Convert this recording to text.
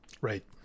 Right